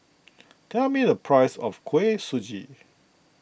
tell me the price of Kuih Suji